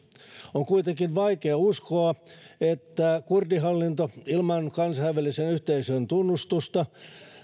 on kuitenkin vaikea uskoa että kurdihallinto ilman kansainvälisen yhteisön tunnustusta